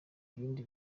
ibindi